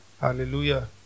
Hallelujah